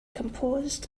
composed